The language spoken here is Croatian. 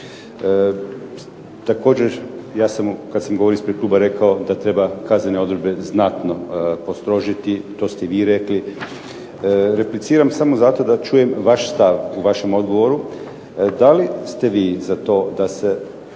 Također, kad sam govorio ispred kluba rekao da treba kaznene odredbe znatno postrožiti, to ste i vi rekli. Repliciram samo zato da čujem vaš stav u vašem odgovoru da li ste vi za to da se